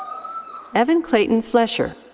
evan clayton flesher.